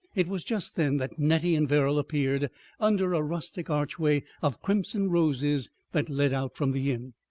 it was just then that nettie and verrall appeared under a rustic archway of crimson roses that led out from the inn.